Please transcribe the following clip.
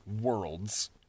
worlds